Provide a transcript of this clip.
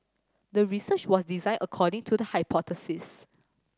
the research was designed according to the hypothesis